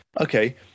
okay